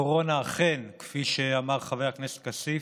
הקורונה אכן, כפי שאמר חבר הכנסת כסיף,